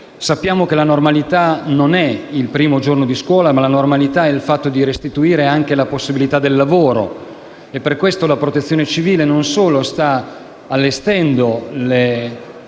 Sappiamo che la normalità non è solo il primo giorno di scuola, ma il fatto di restituire anche la possibilità del lavoro. Per questo la Protezione civile, non solo sta compiendo tutte le